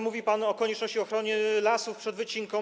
Mówił pan o konieczności ochrony lasów przed wycinką.